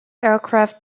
aircraft